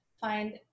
find